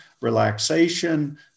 relaxation